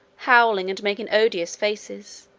howling and making odious faces